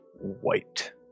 white